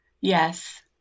Yes